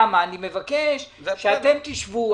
אני מבקש שאתם תשבו,